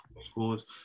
scores